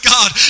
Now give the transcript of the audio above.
God